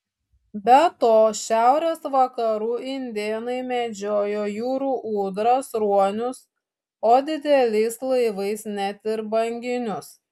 be to šiaurės vakarų indėnai medžiojo jūrų ūdras ruonius o dideliais laivais net ir banginius